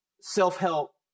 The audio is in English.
self-help